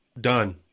done